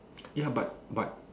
ya but but